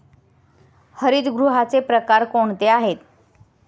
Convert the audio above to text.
हरितगृहाचे प्रकार कोणते आहेत?